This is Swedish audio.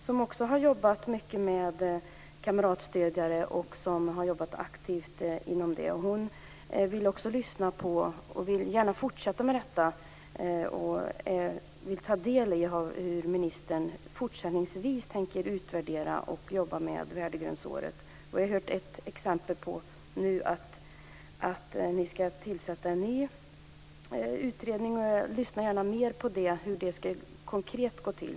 Hon har också jobbat aktivt som kamratstödjare. Hon vill gärna fortsätta med detta, och hon vill ta del av hur ministern fortsättningsvis tänker utvärdera och jobba med värdegrundsåret. Vi har hört ett exempel på att det ska tillsättas en ny utredning. Jag lyssnar gärna mer på hur det konkret ska gå till.